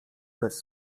bez